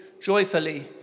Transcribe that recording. joyfully